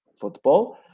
football